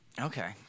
Okay